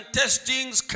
testings